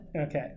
Okay